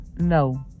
No